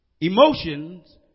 emotions